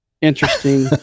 interesting